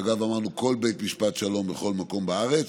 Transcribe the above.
אגב, אמרנו: כל בית משפט שלום בכל מקום בארץ.